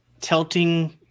tilting